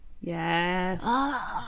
Yes